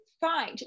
fine